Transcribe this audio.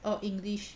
or english